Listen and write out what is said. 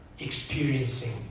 experiencing